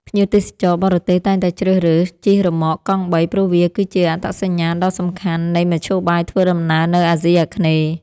ភ្ញៀវទេសចរបរទេសតែងតែជ្រើសរើសជិះរ៉ឺម៉កកង់បីព្រោះវាគឺជាអត្តសញ្ញាណដ៏សំខាន់នៃមធ្យោបាយធ្វើដំណើរនៅអាស៊ីអាគ្នេយ៍។